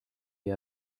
est